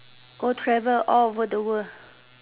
go travel all over the world